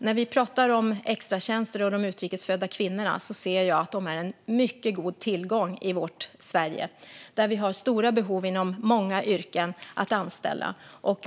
När vi pratar om extratjänster och de utrikes födda kvinnorna ser jag att de är en mycket god tillgång i vårt Sverige, där vi har stora behov att anställa inom många yrken.